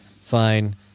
Fine